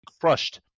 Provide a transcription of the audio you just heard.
crushed